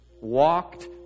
walked